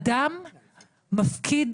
אדם מפקיד